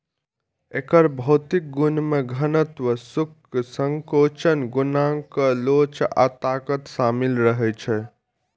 एकर भौतिक गुण मे घनत्व, शुष्क संकोचन गुणांक लोच आ ताकत शामिल रहै छै